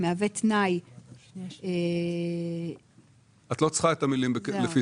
המהווה תנאי --- את לא צריכה את המילים 'לפי